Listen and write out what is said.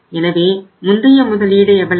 எனவே முந்தைய முதலீடு எவ்வளவு